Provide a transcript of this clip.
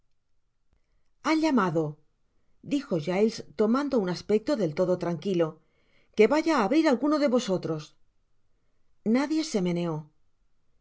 ha llamado dijo giles tomando un aspecto del todo tranquilo qué vaya á abrir alguno de vosotros nadie se meneó